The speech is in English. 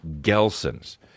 Gelson's